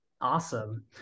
Awesome